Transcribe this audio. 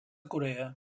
corea